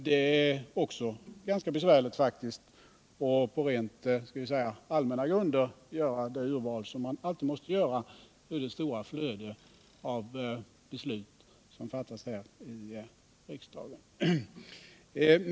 Det är också ganska besvärligt att på rent allmänna grunder göra ett urval ur det stora flöde av beslut som fattas här i riksdagen.